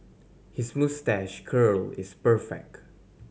his moustache curl is perfect